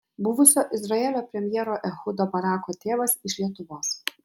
buvusio izraelio premjero ehudo barako tėvas iš lietuvos